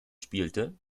spielte